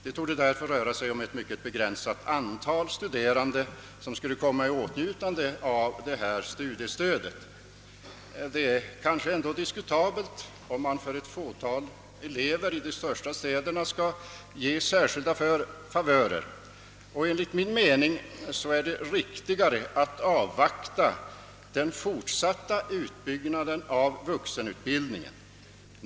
Det torde därför röra sig om ett mycket begränsat antal studerande som skulle komma i åtnjutande av detta studiestöd. Det är kanske diskutabelt om ett fåtal elever i de största städerna skall ges särskilda favörer. Enligt min mening är det riktigare att avvakta den fortsatta utbyggnaden av vuxenutbildningen.